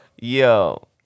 Yo